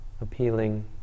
appealing